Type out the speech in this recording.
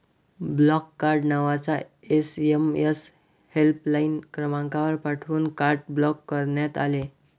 block card नावाचा SMS helpline क्रमांकावर पाठवून कार्ड ब्लॉक करण्यात आले